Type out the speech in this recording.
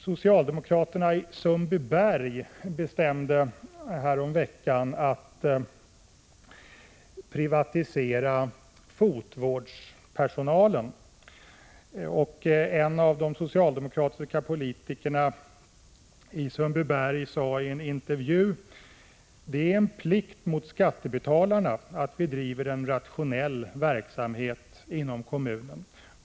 Socialdemokraterna i Sundbyberg bestämde häromveckan att man skulle privatisera kommunens fotvårdsverksamhet. En av de socialdemokratiska politikerna i Sundbyberg sade i en intervju att det var en plikt mot skattebetalarna att driva en rationell verksamhet inom kommunen.